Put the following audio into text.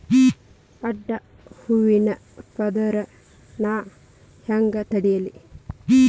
ಅಡ್ಡ ಹೂವಿನ ಪದರ್ ನಾ ಹೆಂಗ್ ತಡಿಲಿ?